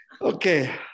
Okay